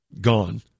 gone